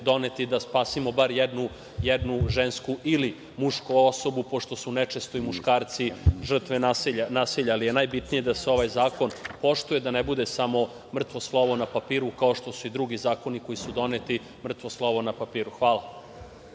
donet i da spasimo bar jednu žensku ili mušku osobu pošto su nečesto i muškarci žrtve nasilja. Najbitnije je da se ovaj zakon poštuje, da ne bude samo mrtvo slovo na papiru kao što su i drugi zakoni koji su doneti, mrtvo slovo na papiru. Hvala